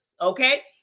okay